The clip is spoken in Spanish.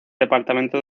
departamento